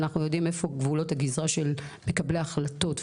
אנחנו יודעים איפה גבולות הגזרה של מקבלי ההחלטות ומדיניות,